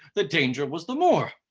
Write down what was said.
the danger was the more